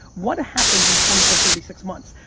what happens in twenty four thirty six months?